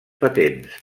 patents